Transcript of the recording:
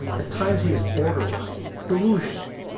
at times, he is borderline delusional,